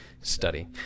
study